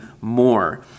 more